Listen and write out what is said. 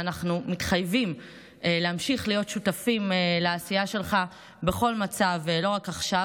ואנחנו מתחייבים להמשיך להיות שותפים לעשייה שלך בכל מצב ולא רק עכשיו.